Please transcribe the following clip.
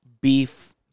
beef